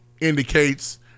indicates